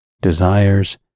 desires